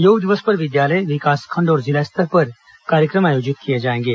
योग दिवस पर विद्यालय विकासखंड और जिला स्तर पर कार्यक्रम आयोजित किए जाएंगे